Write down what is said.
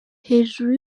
hejuru